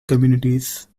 communities